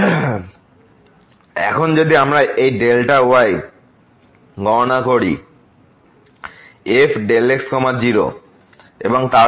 সুতরাং এখন যদি আমরা এই ডেল্টা Δy→0 গণনা করি fx 0